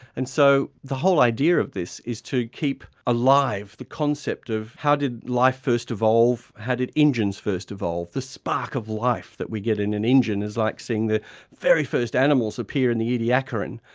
and so, the whole idea of this is to keep alive the concept of how did life first evolve, how did engines first evolve. the spark of life that we get in an engine is like seeing the very first animals appear in the ediacaran.